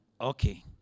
Okay